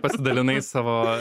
pasidalinai savo